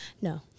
No